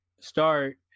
start